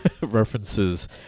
references